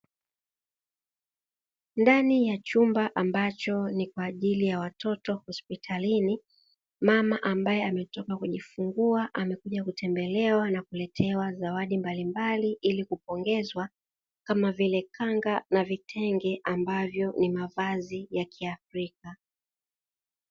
Ndani ya chumba ambacho ni kwa ajili ya watoto wadogo hospitalini. Mama ambaye amejifungua ametembelewa na kuletewa zawadi mbalimbali kama vile kanga na vitenge ambavyo ni mavazi ya kiafrika.